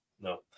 No